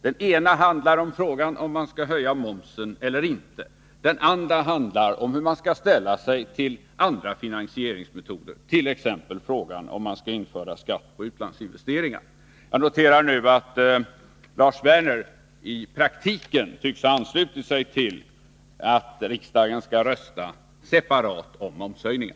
Den ena handlar om huruvida man skall höja momsen eller inte, den andra handlar om hur man skall ställa sig till andra finansieringsmetoder, t.ex. frågan om man skall införa skatt på utlandsinvesteringar. Jag noterar nu att Lars Werner i praktiken tycks ha anslutit sig till att riksdagen skall rösta separat om momshöjningen.